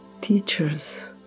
teachers